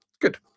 good